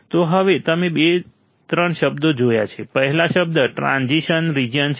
તો હવે તમે બે ત્રણ શબ્દો જોયા છે પહેલો શબ્દ ટ્રાન્ઝિશન રીજીયન છે